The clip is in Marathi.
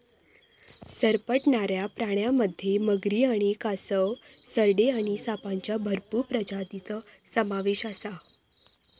सरपटणाऱ्या प्राण्यांमध्ये मगरी आणि कासव, सरडे आणि सापांच्या भरपूर प्रजातींचो समावेश आसा